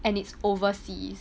and it's overseas